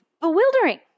bewildering